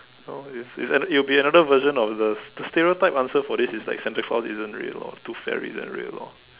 oh yes yes it's another it will be another version of the the stereotype answer for this is like Santa Claus isn't real or tooth fairy isn't real lor